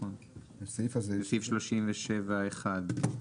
לסעיף 37(1),